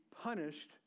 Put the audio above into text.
punished